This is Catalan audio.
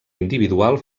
individual